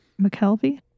McKelvey